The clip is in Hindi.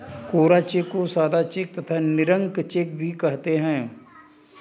कोरा चेक को सादा चेक तथा निरंक चेक भी कहते हैं